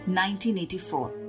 1984